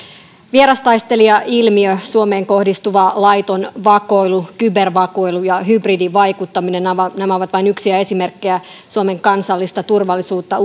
vierastaistelijailmiö suomeen kohdistuva laiton vakoilu kybervakoilu ja hybridivaikuttaminen ovat vain yksiä esimerkkejä suomen kansallista turvallisuutta